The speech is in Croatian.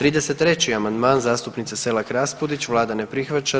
33. amandman zastupnice Selak Raspudić, vlada ne prihvaća.